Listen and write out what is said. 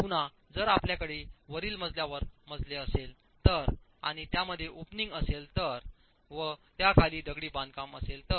पुन्हाजर आपल्याकडे वरील मजल्यावर मजले असेल तर आणि त्यामध्ये ओपनिंग असेल तर व त्या खाली दगडी बांधकाम असेल तर